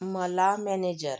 मला मॅनेजर